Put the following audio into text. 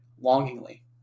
longingly